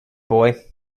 boy